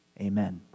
amen